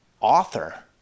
author